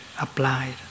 applied